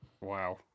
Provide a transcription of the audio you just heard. Wow